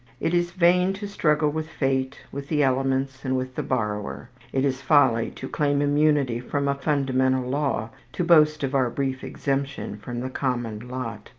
it is vain to struggle with fate, with the elements, and with the borrower it is folly to claim immunity from a fundamental law, to boast of our brief exemption from the common lot.